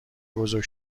بزرگ